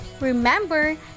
Remember